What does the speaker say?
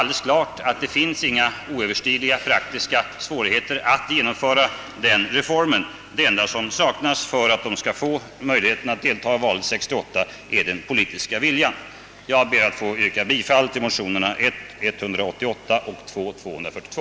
Det finns inga oöverstigliga praktiska svårigheter när det gäller att genomföra denna reform. Det enda som saknas för att internerna skall få möjlighet att delta i valet 1968 är den politiska viljan. Jag ber att få yrka bifall till de likalydande motionerna I: 188 och II: 242.